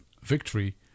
victory